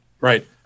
Right